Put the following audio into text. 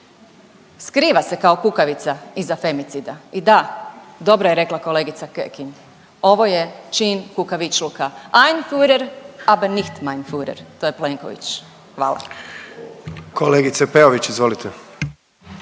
Skriva se kao kukavica iza femicida. I da, dobro je rekla kolegica Kekin, ovo je čin kukavičluka „Ein fuhrer aber nicht mein fuhrer/…to je Plenković, hvala. **Jandroković, Gordan